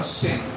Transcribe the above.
sin